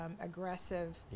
aggressive